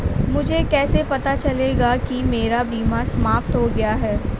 मुझे कैसे पता चलेगा कि मेरा बीमा समाप्त हो गया है?